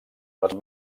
les